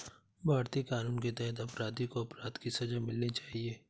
भारतीय कानून के तहत अपराधी को अपराध की सजा मिलनी चाहिए